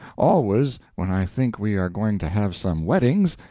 always when i think we are going to have some weddings,